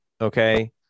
okay